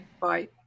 bye